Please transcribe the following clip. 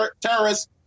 terrorists